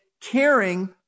caring